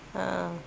ah